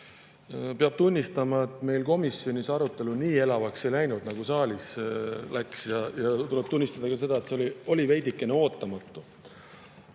Peab tunnistama, et meil komisjonis arutelu nii elavaks ei läinud, nagu saalis läks. Tuleb tunnistada ka seda, et see oli veidikene ootamatu. Komisjoni